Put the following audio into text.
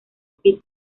pit